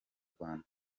rwanda